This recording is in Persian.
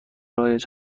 رایج